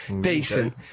decent